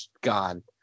gone